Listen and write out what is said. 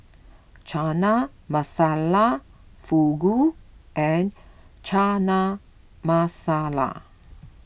Chana Masala Fugu and Chana Masala